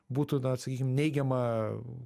būtų na sakykim neigiama